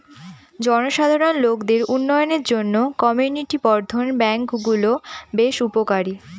জনসাধারণ লোকদের উন্নয়নের জন্য কমিউনিটি বর্ধন ব্যাঙ্কগুলা বেশ উপকারী